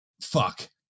Fuck